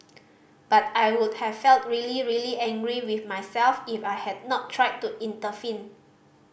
but I would have felt really really angry with myself if I had not tried to intervene